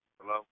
Hello